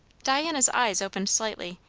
diana's eyes opened slightly.